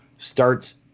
starts